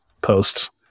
posts